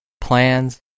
plans